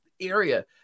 area